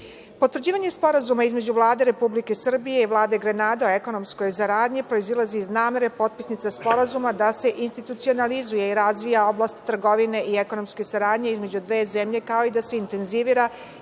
zemlje. Potvrđivanje Sporazuma između Vlade Republike Srbije i Vlade Grenade o ekonomskoj saradnji proizilazi iz namere potpisnica sporazuma da se institucionalizuje i razvija oblast trgovine i ekonomske saradnje između dve zemlje, kao i da se intenzivira